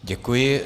Děkuji.